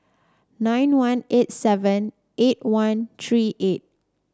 nine one eight seven eight one three eight